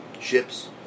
ships